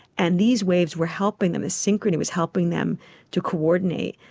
and these waves were helping them, the synchrony was helping them to coordinate.